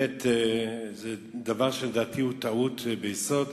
זה דבר שלדעתי הוא טעות ביסוד.